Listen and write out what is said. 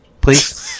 please